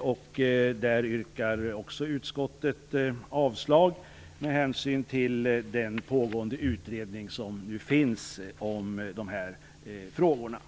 Också där yrkar utskottet avslag, bl.a. med hänsyn till den utredning som pågår på området.